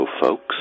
folks